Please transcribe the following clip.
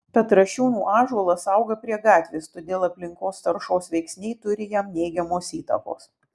petrašiūnų ąžuolas auga prie gatvės todėl aplinkos taršos veiksniai turi jam neigiamos įtakos